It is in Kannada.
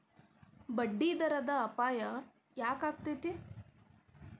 ಬಡ್ಡಿದರದ್ ಅಪಾಯ ಯಾಕಾಕ್ಕೇತಿ?